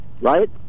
right